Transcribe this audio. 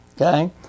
Okay